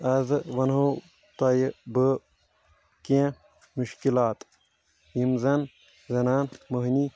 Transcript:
آزٕ ونہو تۄہہِ بہٕ کینٛہہ مشکِلات یِم زن زنانہٕ مہنی